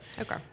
Okay